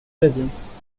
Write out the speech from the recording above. presents